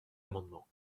amendement